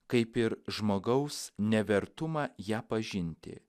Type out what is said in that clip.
kaip ir žmogaus nevertumą ją pažinti